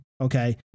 okay